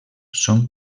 són